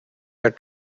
your